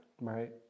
Right